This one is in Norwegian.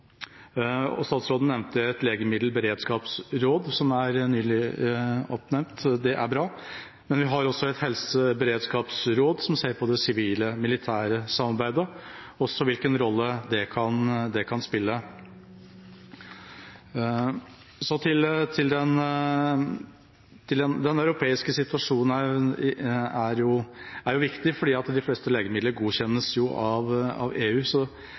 Statsråden nevnte et legemiddelberedskapsråd som nylig er oppnevnt. Det er bra. Men vi har også et helseberedskapsråd, som ser på sivilt–militært samarbeid og hvilken rolle det kan spille. Den europeiske situasjonen er viktig, for de fleste legemidlene godkjennes jo av EU. Så det samarbeidet er viktig. Men til det nordiske samarbeidet: I og med at